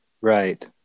Right